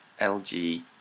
LG